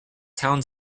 town